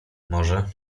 może